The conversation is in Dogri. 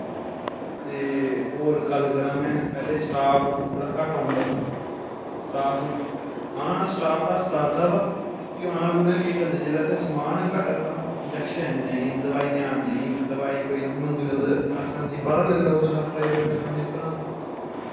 ते होर गल्ल करा में पैह्लैं स्टाफ बड़ा घट्ट औंदा हा स्टाफ आना स्टाफ हस्पताल दा व फ्ही आना उनें केह् करना जेल्लै इत्थैं समान गै घट्ट हा इंजक्शन नेंई दवाइयां नेंई दवाई कोई मंगनी ते उनें आखना जी बाह्रा लेई लैओ प्राईवेट दकानै अप्परा